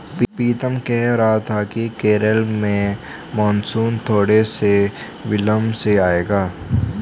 पीतम कह रहा था कि केरल में मॉनसून थोड़े से विलंब से आएगा